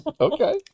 okay